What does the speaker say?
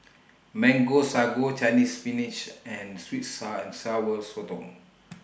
Mango Sago Chinese Spinach and Sweet Sour and Sour Sotong